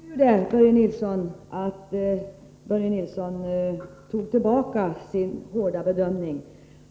Herr talman! Det var nog tur, Börje Nilsson, att Börje Nilsson tog tillbaka sin hårda bedömning.